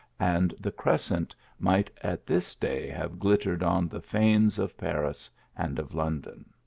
and the crescent might at this day have glittered on the fanes of paris and of london.